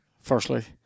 Firstly